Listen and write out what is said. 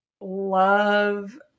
love